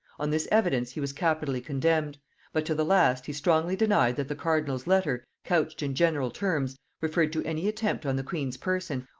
on this evidence he was capitally condemned but to the last he strongly denied that the cardinal's letter, couched in general terms, referred to any attempt on the queen's person,